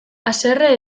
haserre